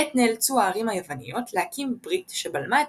עת נאלצו הערים היווניות להקים ברית שבלמה את